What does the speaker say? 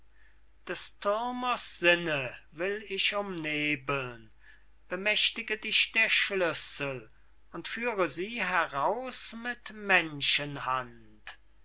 des thürners sinne will ich umnebeln bemächtige dich der schlüssel und führe sie heraus mit